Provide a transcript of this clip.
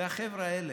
והחבר'ה האלה,